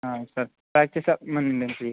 సరే ప్యాక్ చేసేస్తున్నానండి అయితే ఇవి